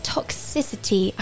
Toxicity